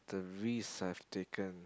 the risk I've taken